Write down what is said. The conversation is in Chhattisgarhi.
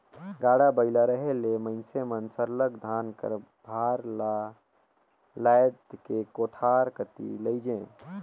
गाड़ा बइला रहें ले मइनसे मन सरलग धान कर भार ल लाएद के कोठार कती लेइजें